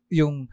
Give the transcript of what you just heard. yung